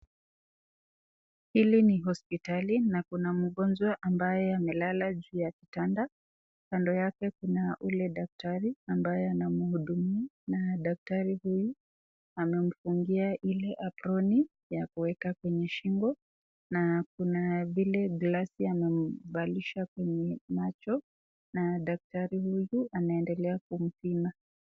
Hili ni hospitali na kuna mgonjwa ambaye amelala juu ya kitanda. Kando yake kuna ule daktari ambaye anamhudumia, na daktari huyu amemfungia ile aproni ya kuweka kwenye shingo na kuna vile glasi amemvalisha kwenye macho na daktari huyu anaendelea kumpima.